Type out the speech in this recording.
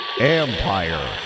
Empire